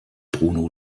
bruno